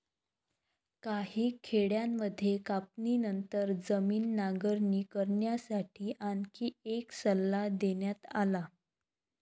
काही खेड्यांमध्ये कापणीनंतर जमीन नांगरणी करण्यासाठी आणखी एक सल्ला देण्यात आला